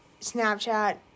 Snapchat